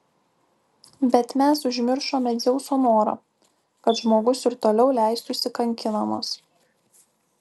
bet mes užmiršome dzeuso norą kad žmogus ir toliau leistųsi kankinamas